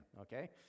okay